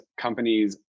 companies